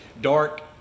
dark